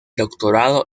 doctorado